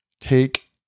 take